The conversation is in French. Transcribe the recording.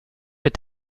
est